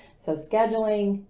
so scheduling,